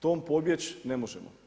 Tom pobjeći ne možemo.